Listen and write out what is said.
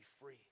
free